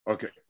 Okay